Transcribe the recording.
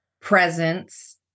presence